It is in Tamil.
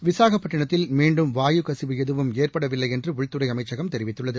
விசாகப்பட்டினத்தில் மீண்டும் வாயு கசிவு ஏதும் ஏற்படவில்லைஎன்றுஉள்துறைஅமைச்சகம் தெரிவித்துள்ளது